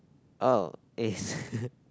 oh is